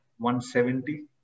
170